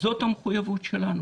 וזאת המחויבות שלנו.